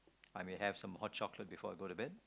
I may have some hot chocolate before I go to bed